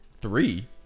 three